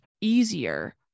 easier